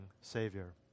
Savior